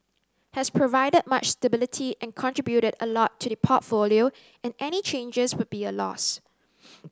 has provided much stability and contributed a lot to the portfolio and any changes would be a loss